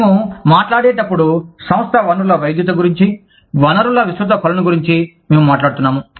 మేము మాట్లాడేటప్పుడు సంస్థ వనరుల వైవిధ్యత గురించి వనరుల విస్తృత కొలను గురించి మేము మాట్లాడుతున్నాము